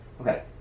Okay